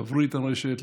להבריא את הרשת,